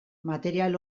material